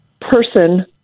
person